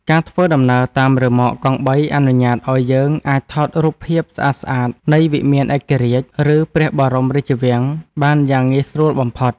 ការធ្វើដំណើរតាមរ៉ឺម៉កកង់បីអនុញ្ញាតឱ្យយើងអាចថតរូបភាពស្អាតៗនៃវិមានឯករាជ្យឬព្រះបរមរាជវាំងបានយ៉ាងងាយស្រួលបំផុត។